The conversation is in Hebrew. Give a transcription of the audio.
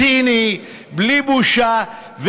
ציני, בלי בושה.